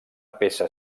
peça